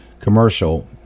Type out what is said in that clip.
commercial